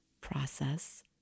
process